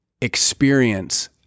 experience